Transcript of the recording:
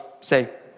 say